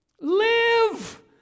Live